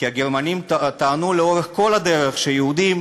כי הגרמנים טענו לאורך כל הדרך שיהודים,